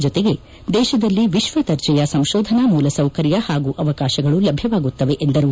ಜೊತೆಗೆ ದೇಶದಲ್ಲಿ ವಿಶ್ವದರ್ಜೆಯ ಸಂಶೋಧನಾ ಮೂಲಸೌಕರ್ಯ ಹಾಗೂ ಅವಕಾಶಗಳು ಲಭ್ಯವಾಗುತ್ತವೆ ಎಂದರು